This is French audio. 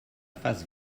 face